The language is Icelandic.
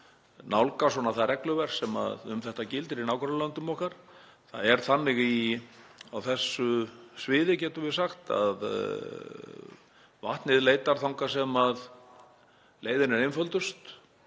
nálgast það regluverk sem um þetta gildir í nágrannalöndum okkar. Það er þannig á þessu sviði, getum við sagt, að vatnið leitar þangað sem leiðin er einföldust